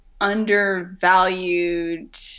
undervalued